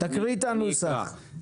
תקריא את הנוסח בבקשה.